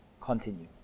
continue